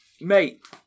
mate